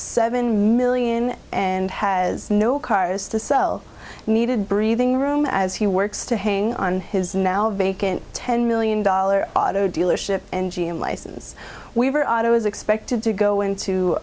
seven million and has no cars to sell needed breathing room as he works to hang on his now vacant ten million dollar auto dealership and g m licens weaver auto is expected to go into